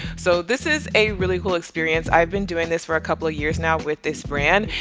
so this is a really cool experience. i've been doing this for a couple of years now with this brand.